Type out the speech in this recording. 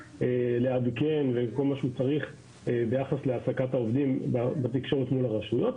לעדכן וכל מה שצריך ביחס להשגת העובדים והתקשורת מול הרשויות,